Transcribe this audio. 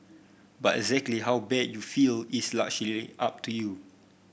but exactly how bad you will feel is largely up to you